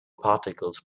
particles